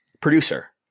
producer